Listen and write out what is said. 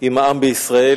עם העם בישראל,